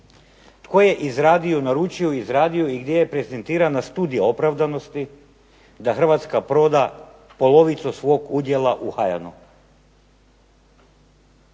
Tko je izradio, naručio i izradio i gdje je prezentirana studija opravdanosti da Hrvatska proda polovicu svog udjela u HAJANU?